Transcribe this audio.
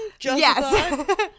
Yes